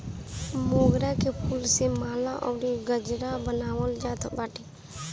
मोगरा के फूल से माला अउरी गजरा बनावल जात बाटे